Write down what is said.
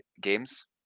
games